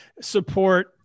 support